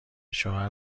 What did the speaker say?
شوهر